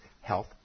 health